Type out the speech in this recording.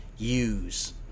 use